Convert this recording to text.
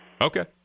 Okay